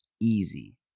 Easy